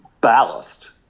ballast